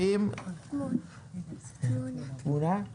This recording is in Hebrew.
אנחנו גם רוצים להשאיר מקום לדיאלוג ולפתרונות עתידיים.